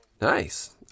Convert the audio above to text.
Nice